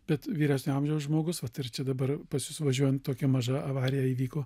bet vyresnio amžiaus žmogus vat ir dabar pas jus važiuojant tokia maža avarija įvyko